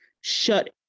shut